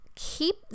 keep